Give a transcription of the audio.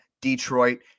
Detroit